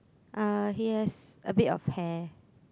uh he has a bit of hair